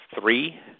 three